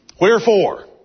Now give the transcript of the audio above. Wherefore